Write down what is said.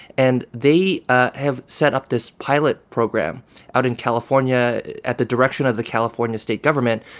and they have set up this pilot program out in california at the direction of the california state government,